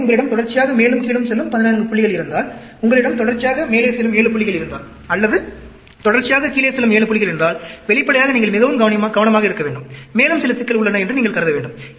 மேலும் உங்களிடம் தொடர்ச்சியாக மேலும் கீழும் செல்லும் 14 புள்ளிகள் இருந்தால் உங்களிடம் தொடர்ச்சியாக மேலே செல்லும் 7 புள்ளிகள் இருந்தால் அல்லது தொடர்ச்சியாக கீழே செல்லும் 7 புள்ளிகள் என்றால் வெளிப்படையாக நீங்கள் மிகவும் கவனமாக இருக்க வேண்டும் மேலும் சில சிக்கல் உள்ளன என்று நீங்கள் கருத வேண்டும்